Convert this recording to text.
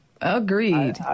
agreed